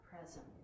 present